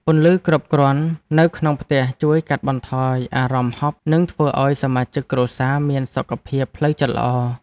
ពន្លឺគ្រប់គ្រាន់នៅក្នុងផ្ទះជួយកាត់បន្ថយអារម្មណ៍ហប់និងធ្វើឱ្យសមាជិកគ្រួសារមានសុខភាពផ្លូវចិត្តល្អ។